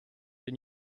den